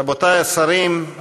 רבותי השרים,